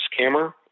scammer